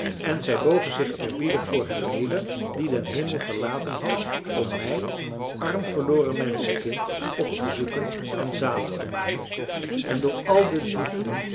en zij bogen zich eerbiedig voor hem neder die den hemel verlaten had om mij arm verloren menschenkind op te zoeken en zalig te maken en door al de diepten